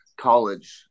college